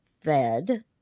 Fed